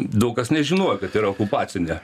daug kas nežinojo kad yra okupacinė